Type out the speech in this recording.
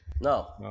no